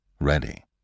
ready